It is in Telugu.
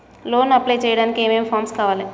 లోన్ అప్లై చేయడానికి ఏం ఏం ఫామ్స్ కావాలే?